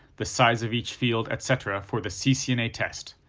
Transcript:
the size of each field, etc, for the ccna test,